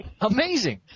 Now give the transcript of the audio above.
Amazing